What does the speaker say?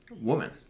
woman